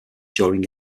during